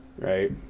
right